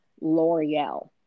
L'Oreal